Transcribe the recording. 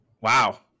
Wow